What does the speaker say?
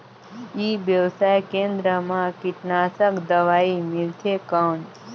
ई व्यवसाय केंद्र मा कीटनाशक दवाई मिलथे कौन?